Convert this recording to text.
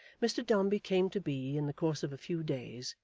mr dombey came to be, in the course of a few days,